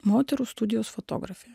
moterų studijos fotografė